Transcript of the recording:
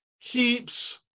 keeps